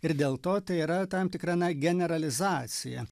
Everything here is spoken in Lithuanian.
ir dėl to tai yra tam tikra na generalizacija